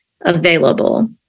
available